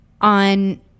on